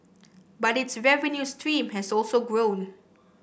but its revenue stream has also grown